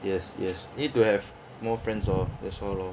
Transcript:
yes yes need to have more friends lor that's all lor